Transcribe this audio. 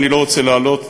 אני לא רוצה להלאות,